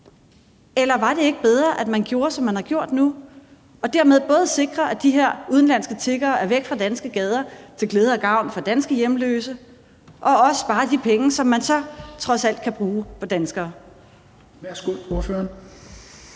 eller var det ikke bedre, at man gjorde, som man har gjort nu, og dermed både sikrer, at de her udenlandske tiggere er væk fra danske gader til glæde og gavn for danske hjemløse, og også sparer de penge, som man så trods alt kan bruge på danskere?